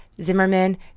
Zimmerman